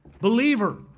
Believer